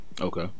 Okay